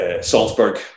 Salzburg